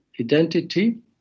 identity